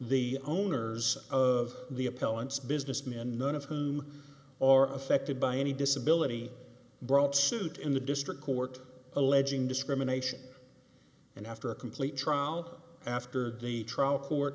the owners of the appellant's businessmen none of whom are affected by any disability brought suit in the district court alleging discrimination and after a complete trial after the trial court